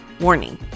Warning